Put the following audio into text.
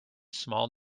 small